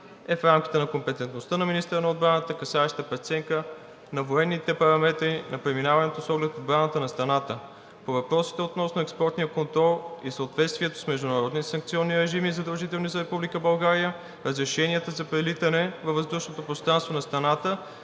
е в рамките на компетентността на министъра на отбраната, касаеща преценка на военните параметри на преминаването с оглед отбраната на страната. По въпросите относно експортния контрол и съответствието с международни санкционни режими, задължителни за Република България, разрешенията за прелитане във възушното пространство на страната